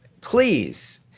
please